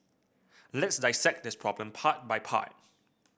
let's dissect this problem part by part